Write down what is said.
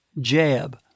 jab